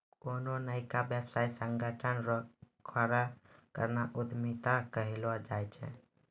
कोन्हो नयका व्यवसायिक संगठन रो खड़ो करनाय उद्यमिता कहलाय छै